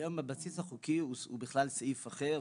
היום הבסיס החוקי הוא בכלל סעיף אחר,